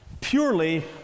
Purely